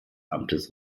amtes